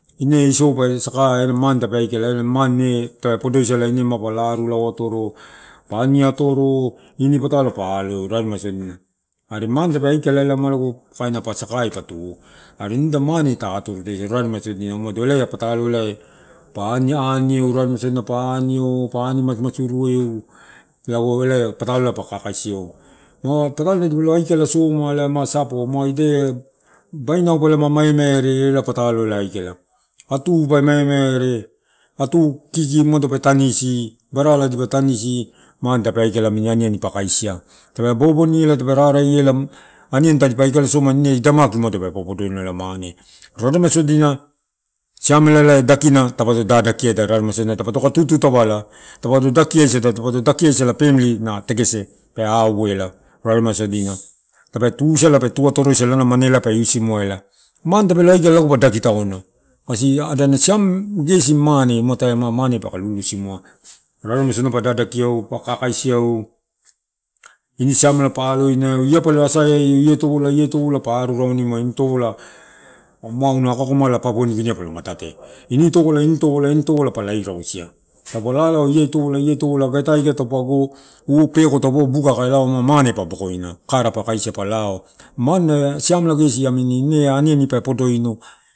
Ine isoupe saka, mane tape akala ela ine ma mane tape ppodosa mapa arulalau atoro pa ani atoro, ini patalo pa atodia eu umado mane tape aikala kain ma sakai ai pa tu. Are nida mane ta atorosada raremai sodina, umaelae pataloai pa ani eu, rarema sodina pa ani eu, pa ani masumasu eu, lago elae patolo pa kakaisi, tadi pa aikala soma bainau pe maimaire, ela ea patalo aikala atu kiki umano pe tanisi, barola dipa tanisi mane tape aikala namini aniani pa kaisi, tape boboni ela tape raraiela, aniani tape aikala soma ine ma ida maki ida mane peke popodoino ela, rarema sodina siamela dakina tape dadakia ela. Patoko tutu tavala, dapato dakiai sada pamili ena mane tegese pe auela raremai sodina, tape tuisala ena mane pa lusimu a, ela, mane tape lo aikala lago pa daki tauna ela, ada siom gesi ela mane ma dapa lusimuina rausu pakakaisa eu, pa dada kieu ini siamela pa alo inae u, ia, palo asaiaeu, la topolai palo asaia ia topolai, ia topolai pa aru ainaeu ma ako mala ia rausia, aga iai buka taupe aga lao ma mane pa bokoina, kara pa kaisi pa lao, mane na siamela gesi namini ine aniani pe podoino.